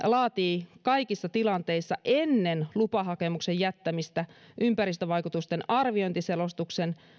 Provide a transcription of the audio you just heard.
laatii kaikissa tilanteissa ennen lupahakemuksen jättämistä ympäristövaikutusten arviointiselostuksen